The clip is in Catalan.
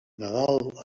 nadal